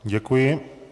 Děkuji.